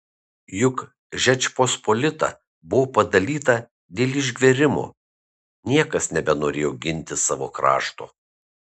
juk žečpospolita buvo padalyta dėl išgverimo niekas nebenorėjo ginti savo krašto